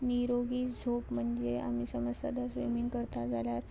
निरोगी झोप म्हणजे आमी समज सदांच स्विमींग करता जाल्यार